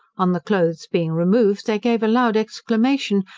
on the cloaths being removed, they gave a loud exclamation,